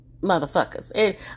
motherfuckers